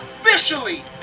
officially